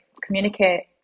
communicate